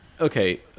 okay